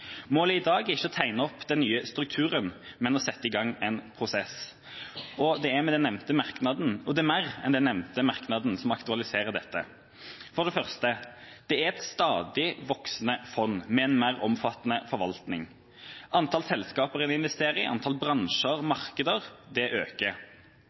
Målet i dag er ikke å tegne opp den nye strukturen, men å sette i gang en prosess. Det er mer enn den nevnte merknaden som aktualiserer dette. For det første: Det er et stadig voksende fond med en mer omfattende forvaltning: Antall selskaper, bransjer og markeder en er investert i, øker, en har i det